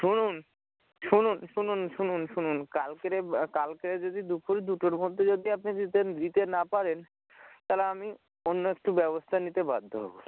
শুনুন শুনুন শুনুন শুনুন শুনুন কালকের কালকে যদি দুপুর দুটোর মধ্যে যদি আপনি দিতে দিতে না পারেন তাহলে আমি অন্য একটু ব্যবস্থা নিতে বাধ্য হবো